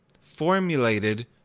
formulated